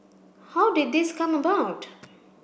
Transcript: how did this come about